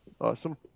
Awesome